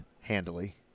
Handily